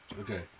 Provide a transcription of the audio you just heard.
Okay